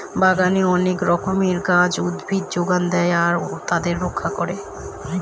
বাগানে অনেক রকমের গাছ, উদ্ভিদ যোগান দেয় আর তাদের রক্ষা করে